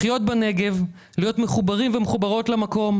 לחיות בנגב, להיות מחוברים ומחוברות למקום.